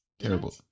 Terrible